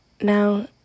Now